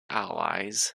allies